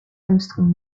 armstrong